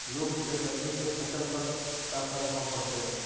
लुक से सब्जी के फसल पर का परभाव पड़तै?